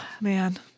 man